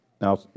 Now